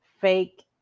fake